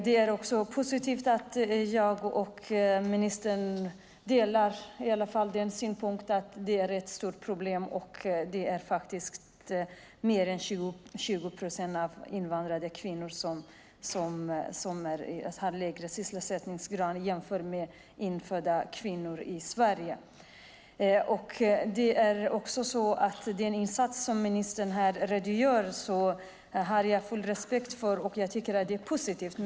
Det är positivt att jag och ministern i alla fall delar synen att det är ett stort problem att invandrade kvinnor har 20 procent lägre sysselsättningsgrad jämfört med kvinnor födda i Sverige. Den insats som ministern här redogör för har jag full respekt för. Jag tycker att det är positivt.